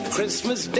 Christmas